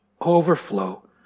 overflow